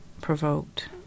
provoked